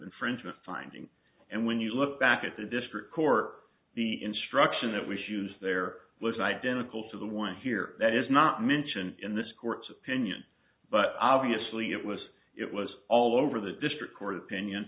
infringement finding and when you look back at the district court the instruction that we shoes there was identical to the one here that is not mentioned in this court's opinion but obviously it was it was all over the district court opinion